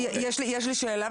יש לי שאלה,